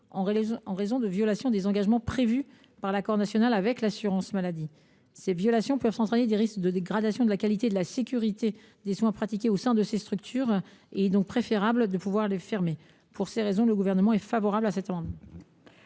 en raison de violations des engagements prévus par l’accord national avec l’assurance maladie. Ces violations peuvent entraîner des dégradations de la qualité et de la sécurité des soins pratiqués au sein de ces structures. Il est donc préférable de pouvoir les fermer. Je mets aux voix l’amendement n° 112 rectifié.